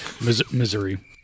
Missouri